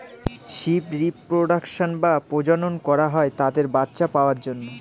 sheep reproduction বা প্রজনন করা হয় তাদের বাচ্চা পাওয়ার জন্য